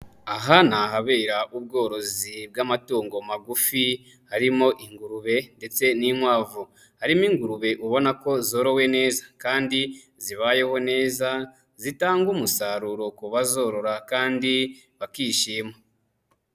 Aha ni ahabera ubworozi bw'amatungo magufi harimo ingurube ndetse n'inkwavu, harimo ingurube ubona ko zorowe neza kandi zibayeho neza zitanga umusaruro ku bazorora kandi bakishima.